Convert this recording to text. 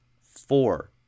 four